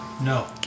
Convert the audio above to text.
No